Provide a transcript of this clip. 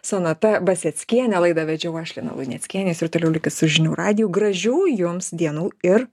sonata baseckienė laidą vedžiau aš lina luneckienė jūs ir toliau likit su žinių radiju gražių jums dienų ir